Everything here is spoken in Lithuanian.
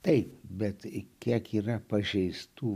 taip bet kiek yra pažeistų